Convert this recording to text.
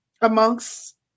amongst